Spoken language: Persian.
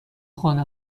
خانه